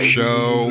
Show